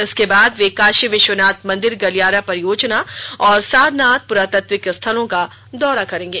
इसके बाद वे काशी विश्वनाथ मंदिर गलियारा परियोजना और सारनाथ पुरातत्विक स्थ्लों का दौरा करेंगे